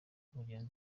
bagenzi